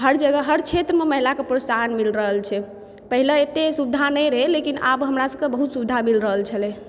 हर जगह हर क्षेत्रमे महिलाके प्रोत्साहन मिल रहल छै पहिले एते सुविधा नहि रहै लेकिन आब हमरा सबके बहुत सुविधा मिल रहल छलै